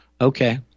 Okay